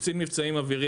קצין מבצעים אווירי,